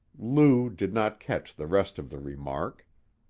lou did not catch the rest of the remark.